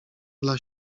dla